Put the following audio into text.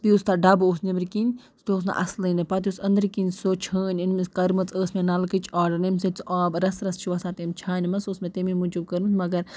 بیٚیہِ یُس تَتھ ڈَبہٕ اوس نیٚبٕرۍ کِنۍ سُہ تہِ اوس نہٕ اصلٕے نہٕ پَتہٕ یُس أنٛدٕرۍ کِنۍ سۄ چھٲنۍ أنۍ مٕژ کٔرۍ مٕژ ٲس مےٚ نَلکٕچ آرڈَر ییٚمہِ سۭتۍ سُہ آب رژھٕ رژھٕ چھُ وسان تم چھانہِ منٛز سۄ ٲس مےٚ تمے موٗجوٗب کٔرمٕژ مگر